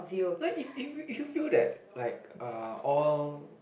like if if if you feel that like uh all